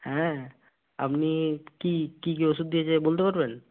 হ্যাঁ আপনি কি কি কি ওষুধ দিয়েছে বলতে পারবেন